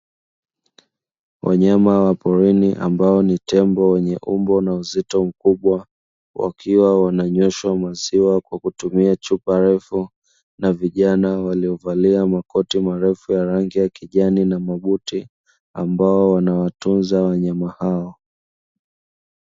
Wanyama wa porini ambao ni tembo wenye umbo na uzito mkubwa wakiwa wananyweshwa maziwa kwa kutumia chupa refu na vijana waliovalia makoti marefu ya rangi ya kijani na mabuti ambao wanawatunza wanyama hao.